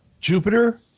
Jupiter